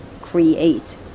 create